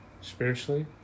spiritually